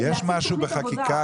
יש משהו שהצעת בחקיקה?